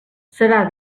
serà